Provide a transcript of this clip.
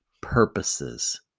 purposes